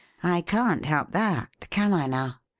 i can't help that, can i now?